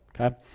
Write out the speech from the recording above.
okay